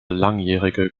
langjährige